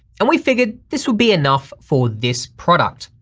and we figured this would be enough for this product.